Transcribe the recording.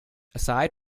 aside